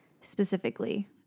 specifically